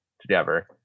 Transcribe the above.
together